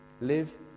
Live